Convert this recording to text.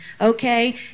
Okay